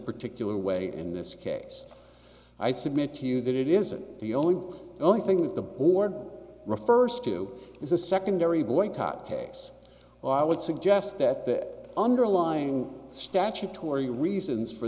particular way in this case i submit to you that it isn't the only only thing that the board refers to is a secondary boycott case or i would suggest that the underlying statutory